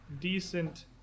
decent